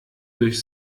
durch